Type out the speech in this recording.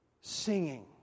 singing